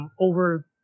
Over